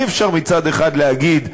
אי-אפשר מצד אחד להגיד: